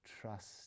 trust